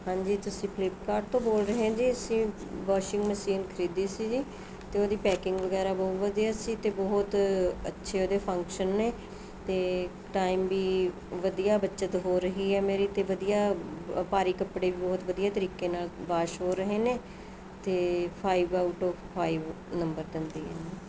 ਹਾਂਜੀ ਤੁਸੀਂ ਫਲਿੱਪਕਾਰਟ ਤੋਂ ਬੋਲ ਰਹੇ ਜੀ ਅਸੀਂ ਵੋਸ਼ਿੰਗ ਮਸ਼ੀਨ ਖਰੀਦੀ ਸੀ ਜੀ ਅਤੇ ਉਹਦੀ ਪੈਕਿੰਗ ਵਗੈਰਾ ਬਹੁਤ ਵਧੀਆ ਸੀ ਅਤੇ ਬਹੁਤ ਅੱਛੇ ਉਹਦੇ ਫੰਕਸ਼ਨ ਨੇ ਅਤੇ ਟਾਈਮ ਵੀ ਵਧੀਆ ਬੱਚਤ ਹੋ ਰਹੀ ਹੈ ਮੇਰੀ ਅਤੇ ਵਧੀਆ ਭਾਰੀ ਕੱਪੜੇ ਬਹੁਤ ਵਧੀਆ ਤਰੀਕੇ ਨਾਲ਼ ਵਾਸ਼ ਹੋ ਰਹੇ ਨੇ ਅਤੇ five out of five number ਦਿੰਦੀ ਇਹ ਨੂੰ